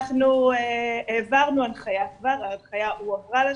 אנחנו העברנו הנחיה כבר, ההנחיה הועברה לשטח.